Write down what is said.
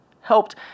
Helped